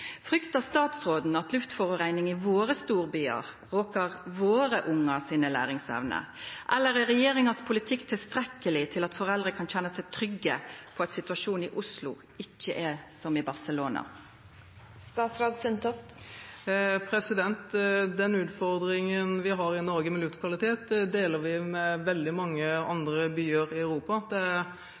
Fryktar statsråden at luftforureining i våre storbyar råkar læringsevna til ungane våre, eller er regjeringas politikk tilstrekkeleg til at foreldre kan kjenna seg trygge på at situasjonen i Oslo ikkje er som i Barcelona? Den utfordringen vi har i Norge med luftkvalitet, deler vi med veldig mange andre byer i Europa.